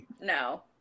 No